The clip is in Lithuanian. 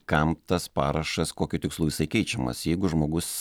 kam tas parašas kokiu tikslu jisai keičiamas jeigu žmogus